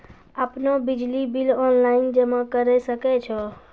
आपनौ बिजली bill online जमा करै सकै छौ?